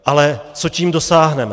Ale co tím dosáhneme?